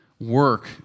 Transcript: work